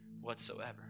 whatsoever